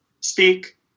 speak